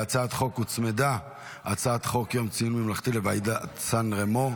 להצעת החוק הוצמדה הצעת חוק יום ציון ממלכתי לוועידת סן רמו,